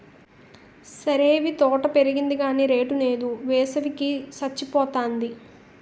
సరేవీ తోట పెరిగింది గాని రేటు నేదు, వేసవి కి సచ్చిపోతాంది